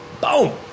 Boom